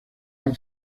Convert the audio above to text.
han